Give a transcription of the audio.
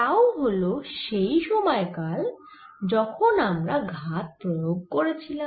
tau হল সেই সময়কাল যখন আমরা ঘাত প্রয়োগ করেছিলাম